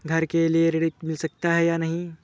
घर के लिए ऋण मिल सकता है या नहीं?